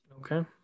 Okay